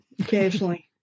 occasionally